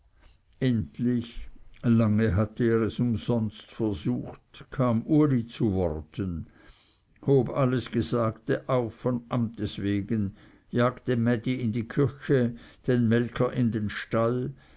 endlich lange hatte er es umsonst versucht kam uli zu worten hob alles gesagte auf von amtes wegen jagte mädi in die küche den melker in den stall